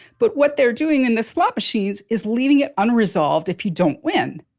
but what they're doing in the slot machines is leaving it unresolved if you don't win